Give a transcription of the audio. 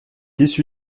issu